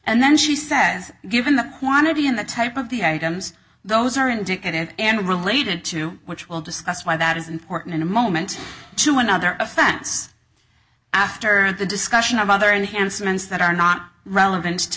and then she says given the quantity and the type of the items those are indicative and related to which will discuss why that is important in a moment to another offense after the discussion of other enhancements that are not relevant to